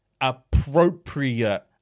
appropriate